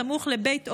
סמוך לבית אומר.